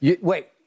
Wait